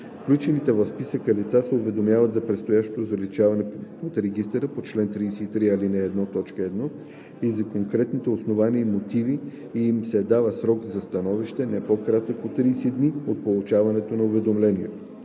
Включените в списъка лица се уведомяват за предстоящото заличаване от регистъра по чл. 33, ал. 1, т. 1 и за конкретните основания и мотиви и им се дава срок за становище, не по-кратък от 30 дни от получаване на уведомлението.